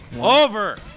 Over